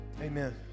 amen